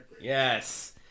yes